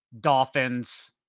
Dolphins